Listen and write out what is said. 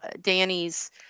Danny's